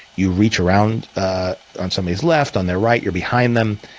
you reach around ah on somebody's left, on their right. you're behind them.